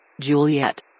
Juliet